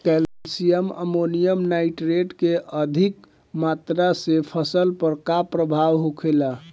Calcium ammonium nitrate के अधिक मात्रा से फसल पर का प्रभाव होखेला?